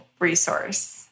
resource